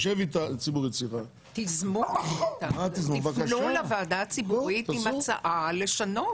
פנו לוועדה הציבורית עם הצעה לשנות